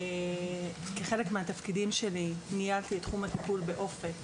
כחלק מהתפקידים שלי ניהלתי את תחום הטיפול באופק